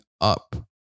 up